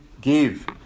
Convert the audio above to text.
give